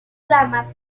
ramas